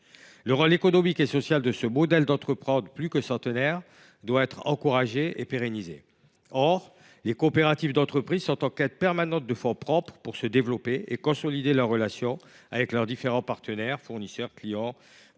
Le rôle économique et social de ce modèle plus que centenaire doit être encouragé et pérennisé. Or les coopératives d’entreprises sont en quête permanente de fonds propres pour se développer et consolider leurs relations avec leurs différents partenaires – fournisseurs, clients, Banque